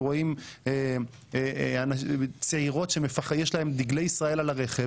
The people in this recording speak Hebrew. אנחנו רואים צעירות שיש להן דגלי ישראל על הרכב,